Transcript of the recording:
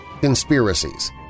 conspiracies